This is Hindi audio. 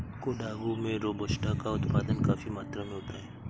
कोडागू में रोबस्टा का उत्पादन काफी मात्रा में होता है